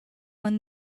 won